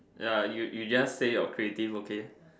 ya you you just say your creative okay